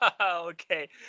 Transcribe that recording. Okay